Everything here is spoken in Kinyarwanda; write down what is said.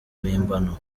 mpimbano